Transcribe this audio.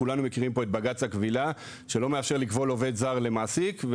כולם מכירים פה את בג"ץ הכבילה שלא מחייב לכבול עובד זר למעסיק,